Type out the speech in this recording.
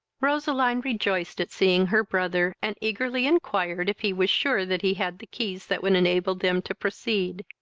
roseline rejoiced at seeing her brother, and eagerly inquired if he was sure that he had the keys that would enable them to proceed.